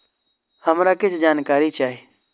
हमरा कीछ जानकारी चाही